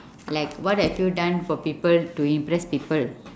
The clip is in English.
like what have you done for people to impress people